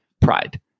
pride